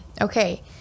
Okay